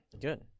Good